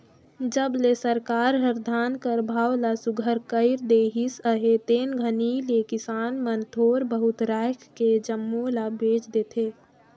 जब ले सरकार हर धान कर भाव ल सुग्घर कइर देहिस अहे ते घनी ले किसान मन थोर बहुत राएख के जम्मो ल बेच देथे